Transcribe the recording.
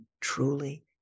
truly